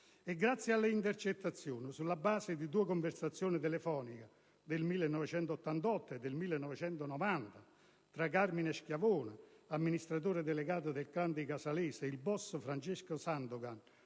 Grazie alle intercettazioni, sulla base di due conversazioni telefoniche del 1988 e del 1990 tra Carmine Schiavone, amministratore delegato del clan dei Casalesi e il *boss* Francesco "Sandokan"